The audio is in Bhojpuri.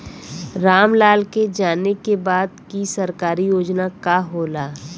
राम लाल के जाने के बा की सरकारी योजना का होला?